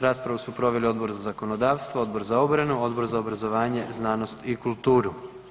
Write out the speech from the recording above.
Raspravu su proveli Odbor za zakonodavstvo, Odbor za obranu, Odbor za obrazovanje, znanost i kulturu.